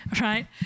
right